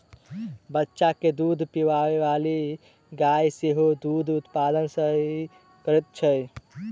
बच्चा के दूध पिआबैबाली गाय सेहो दूधक उत्पादन सही करैत छै